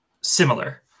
similar